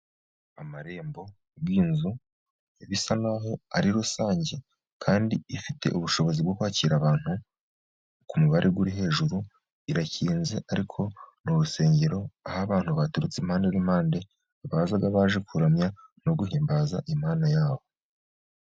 Amarembo y'inzu bisa n'aho ari rusange kandi ifite ubushobozi bwo kwakira abantu ku mubare uri hejuru. Irakinze ariko ni urusengero aho abantu baturutse impande n'impande baza baje kuramya no guhimbaza Imana yabo.